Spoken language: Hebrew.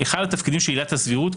אחד התפקידים של עילת הסבירות,